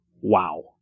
wow